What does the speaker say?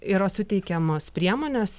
yra suteikiamos priemonės